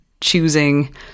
choosing